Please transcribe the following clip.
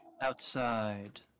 Outside